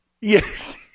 Yes